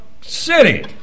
city